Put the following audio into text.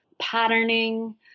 patterning